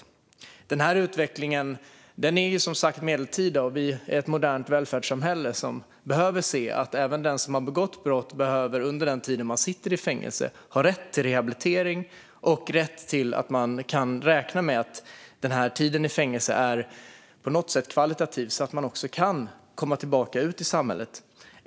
Den utvecklingen är medeltida, och vi har nu ett modernt välfärdssamhälle som måste se att även den som har begått brott under tiden i fängelse ska ha rätt till rehabilitering och att tiden i fängelse ska vara högkvalitativ så att det går att komma tillbaka ut i samhället.